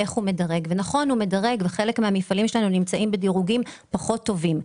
זה נכון שחלק מהמפעלים שלנו נמצאים בדירוגים פחות טובים,